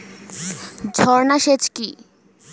ঝর্না সেচ কি?